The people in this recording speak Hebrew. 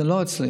זה לא אצלי,